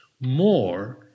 more